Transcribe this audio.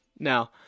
Now